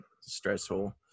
stressful